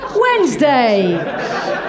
Wednesday